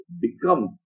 become